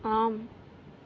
ஆம்